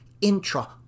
Intra